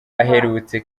aherutse